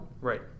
Right